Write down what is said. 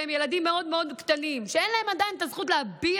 והם ילדים מאוד מאוד קטנים שאין להם עדיין את הזכות להביע